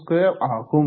8msec2 ஆகும்